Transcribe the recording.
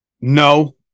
No